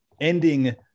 ending